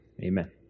amen